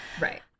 Right